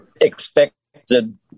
expected